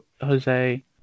Jose